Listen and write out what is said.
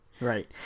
Right